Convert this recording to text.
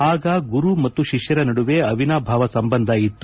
ಆಗ ಗುರು ಮತ್ತು ಶಿಷ್ಕರ ನಡುವೆ ಅವಿನಾಭಾವ ಸಂಬಂಧ ಇತ್ತು